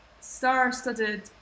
star-studded